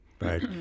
Right